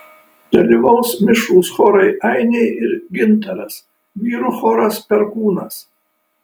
dalyvaus mišrūs chorai ainiai ir gintaras vyrų choras perkūnas